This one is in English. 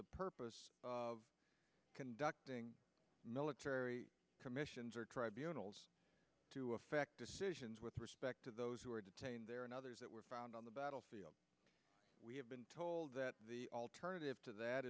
the purpose of conducting military commissions or tribunals to effect decisions with respect to those who are detained there and others that were found on the battlefield we have been told that the alternative to that